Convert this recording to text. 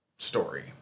Story